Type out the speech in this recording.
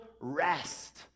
rest